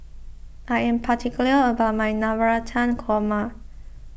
I am particular about my Navratan Korma